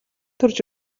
төрж